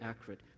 accurate